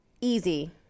Easy